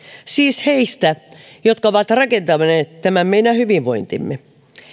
siis heistä jotka ovat rakentaneet tämän meidän hyvinvointimme